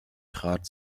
trat